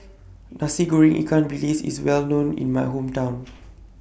Nasi Goreng Ikan Bilis IS Well known in My Hometown